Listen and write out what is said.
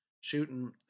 shooting